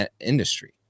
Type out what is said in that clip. industry